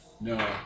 No